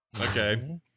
Okay